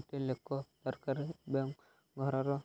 ଗୋଟିଏ ଲୋକ ଦରକାର ଏବଂ ଘରର